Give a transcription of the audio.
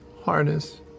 harness